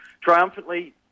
Triumphantly